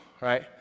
right